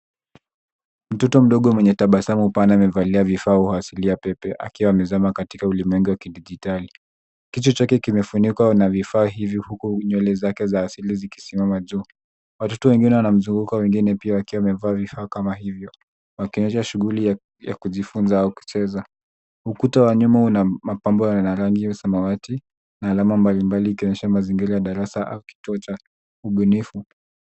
Mtoto mdogo mwenye tabasamu pana amevalia vifaa vya wasilia pepe akiwa amezama katika ulimwengu wa kidijitali. Kichwa chake kimefunikwa na vifaa hivi huku nywele zake za asili zikisimama juu. Watoto wengine wanamzunguka, wengine pia wakiwa wamevaa vifaa kama hivyo, wakionyesha shughuli ya kujifunza au kucheza. Ukuta wa nyuma una mapambo yana rangi iliyo samawati na alama mbalimbali, ikonyesha mazingira ya darasa au kituo cha ubunifu.